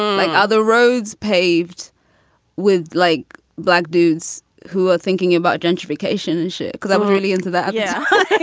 like other roads paved with, like, black dudes who are thinking about gentrification. and shit, because i'm really into that. yeah but